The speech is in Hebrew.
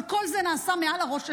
כל זה נעשה מעל הראש שלנו.